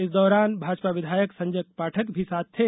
इस दौरान भाजपा विधायक संजय पाठक भी साथ थे